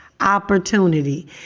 opportunity